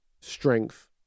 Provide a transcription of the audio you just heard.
strength